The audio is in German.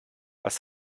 was